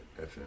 FM